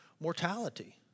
mortality